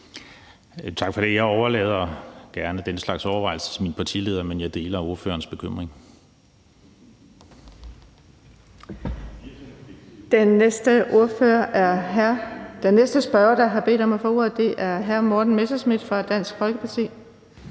Tak for det. Jeg overlader gerne den slags overvejelser til min partileder, men jeg deler ordførerens bekymring.